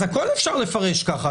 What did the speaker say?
אז הכול אפשר לפרש ככה.